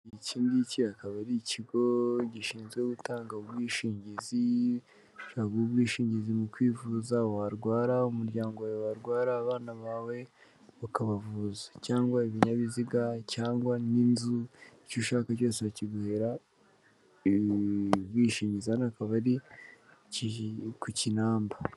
Iki ngiki akaba ari ikigo gishinzwe gutanga ubwishingizi, ubwishingizi mu kwivuza warwara, umuryango wawe warwara, abana bawe ukabavuza cyangwa ibinyabiziga cyangwa n'inzu, icyo ushaka cyose bakiguhera ubwishingizi. Akaba ari ku Kinamba.